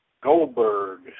Goldberg